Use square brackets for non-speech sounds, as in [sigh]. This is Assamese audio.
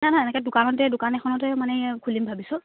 নাই নাই এনেকৈ দোকানতে দোকান এখনতে মানে [unintelligible] খুলিম ভাবিছোঁ